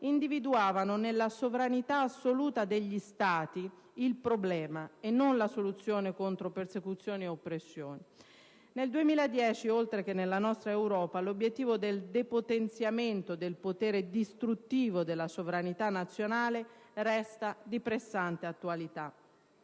individuavano nella sovranità assoluta degli Stati il problema e non la soluzione contro persecuzioni ed oppressioni. Nel 2010, oltre che nella nostra Europa, l'obiettivo del depotenziamento del potere distruttivo della sovranità nazionale resta di pressante attualità.